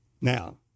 Now